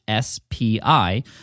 SPI